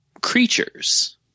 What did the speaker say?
creatures